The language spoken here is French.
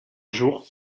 jour